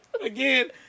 Again